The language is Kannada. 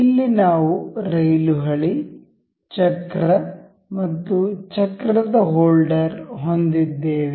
ಇಲ್ಲಿ ನಾವು ರೈಲು ಹಳಿ ಚಕ್ರ ಮತ್ತು ಚಕ್ರದ ಹೋಲ್ಡರ್ ಹೊಂದಿದ್ದೇವೆ